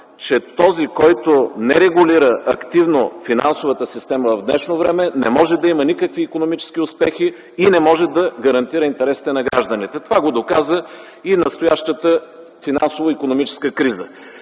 че този, който не регулира активно финансовата система в днешно време, не може да има никакви икономически успехи и не може да гарантира интересите на гражданите. Това го доказа и настоящата финансово-икономическа криза,